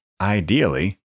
ideally